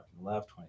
left